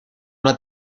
una